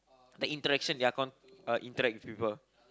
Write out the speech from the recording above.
the interaction their con~ uh interact with people